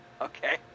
okay